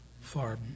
far